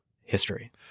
history